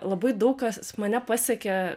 labai daug kas mane pasiekė